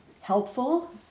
helpful